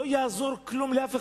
לא יעזור כלום לאף אחד,